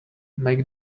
make